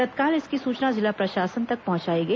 तत्काल इसकी सूचना जिला प्रशासन तक पहुंचाई गई